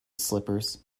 slippers